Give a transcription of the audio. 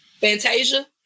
Fantasia